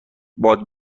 باد